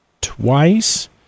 twice